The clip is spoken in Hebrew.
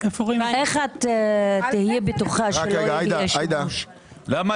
אין לי בעיה